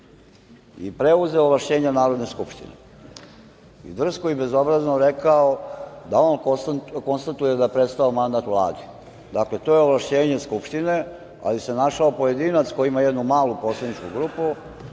i preuzeo ovlašćenja Narodne skupštine i drsko i bezobrazno rekao da on konstatuje da je prestao mandat Vladi. Dakle, to je ovlašćenje Skupštine, ali se našao pojedinac, koji ima jednu malu poslaničku grupu